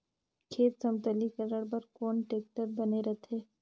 खेत समतलीकरण बर कौन टेक्टर बने रथे?